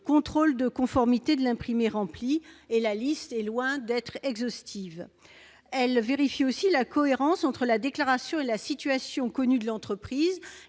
contrôle de conformité de l'imprimé rempli ... La liste est loin d'être exhaustive. Elles vérifient aussi la cohérence entre la déclaration et la situation connue de l'entreprise,